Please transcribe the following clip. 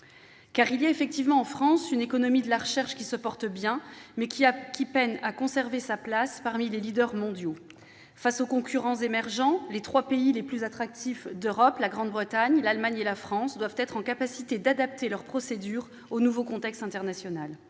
Car il y a effectivement, en France, une économie de la recherche qui se porte bien, mais qui peine à conserver sa place parmi les leaders mondiaux. Face aux concurrents émergents, les trois pays les plus attractifs d'Europe- la Grande-Bretagne, l'Allemagne et la France -doivent être en capacité d'adapter leurs procédures au nouveau contexte international.